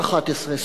ב-1911,